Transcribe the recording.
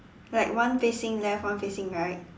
like one facing left one facing right